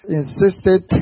insisted